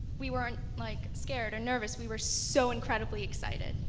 we weren't like scared or nervous. we were so incredibly excited.